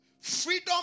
freedom